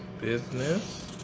business